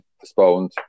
postponed